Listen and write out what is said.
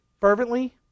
fervently